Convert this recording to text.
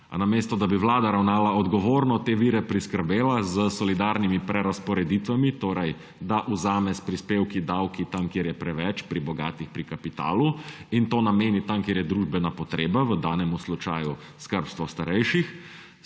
namesto da bi vlada ravnala odgovorno, te vire priskrbela s solidarnimi prerazporeditvami – torej da vzame s prispevki, davki tam, kjer je preveč, pri bogatih, pri kapitalu, in to nameni tja, kjer je družbena potreba, v danem slučaju skrbstvo starejših